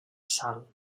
sal